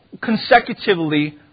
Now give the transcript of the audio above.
consecutively